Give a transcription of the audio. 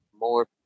more